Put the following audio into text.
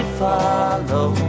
follow